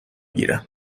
گیرم